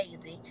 lazy